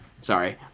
sorry